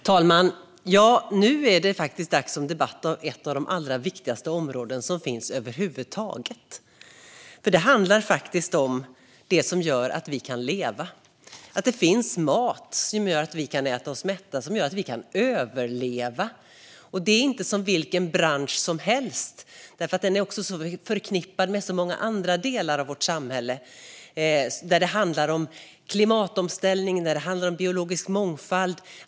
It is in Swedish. Herr talman! Nu är det dags för en debatt om ett av de allra viktigaste områden som över huvud taget finns. Det handlar om det som gör att vi kan leva - att det finns mat som gör att vi kan äta oss mätta och överleva. Det här är inte en bransch som vilken som helst, för den är förknippad med så många andra delar av vårt samhälle. Det handlar om klimatomställning och om biologisk mångfald.